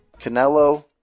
Canelo